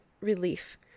relief